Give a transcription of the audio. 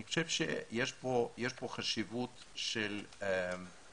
אני חושב שיש פה חשיבות של הכרזה,